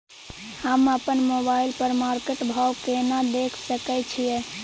हम अपन मोबाइल पर मार्केट भाव केना देख सकै छिये?